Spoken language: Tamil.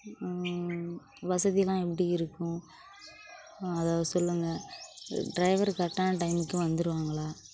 வசதியெலாம் எப்படி இருக்கும் அதை சொல்லுங்கள் ட்ரைவர் கரெக்டான டைமுக்கு வந்துடுவாங்களா